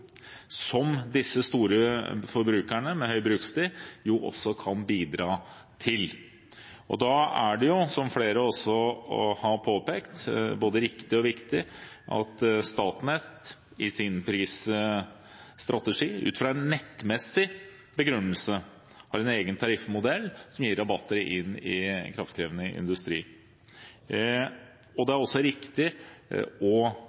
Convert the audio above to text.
som disse store forbrukerne med høy brukstid også kan bidra til. Da er det, som flere også har påpekt, både riktig og viktig at Statnett i sin prisstrategi ut fra en nettmessig begrunnelse har en egen tariffmodell som gir rabatter inn i kraftkrevende industri. Det er også riktig